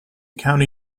county